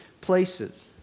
places